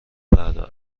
فردا